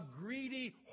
greedy